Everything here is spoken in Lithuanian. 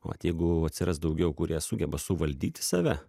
vat jeigu atsiras daugiau kurie sugeba suvaldyti save